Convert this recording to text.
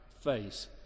face